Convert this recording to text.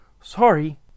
Sorry